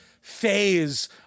phase